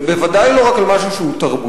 ובוודאי לא רק על משהו תרבותי,